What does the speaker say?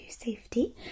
safety